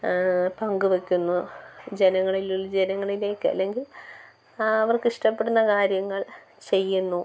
പങ്കുവെക്കുന്നു ജനങ്ങളിലു ജനങ്ങളിലേക്ക് അല്ലെങ്കിൽ അവർക്ക് ഇഷ്ടപ്പെടുന്ന കാര്യങ്ങൾ ചെയ്യുന്നു